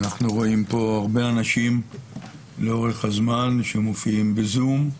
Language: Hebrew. אנחנו רואים פה הרבה אנשים לאורך הזמן שמופיעים בזום,